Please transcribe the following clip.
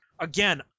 Again